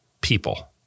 people